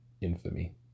Infamy